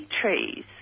trees